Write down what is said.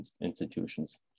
institutions